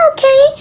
Okay